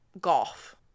golf